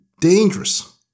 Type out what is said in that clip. dangerous